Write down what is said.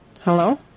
Hello